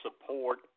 support